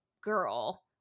girl